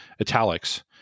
italics